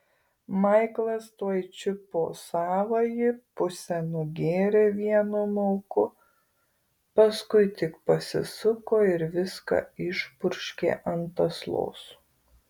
maiklas tuoj čiupo savąjį pusę nugėrė vienu mauku paskui tik pasisuko ir viską išpurškė ant aslos